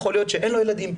יכול להיות שאין לו ילדים,